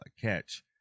catch